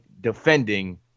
defending